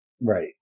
Right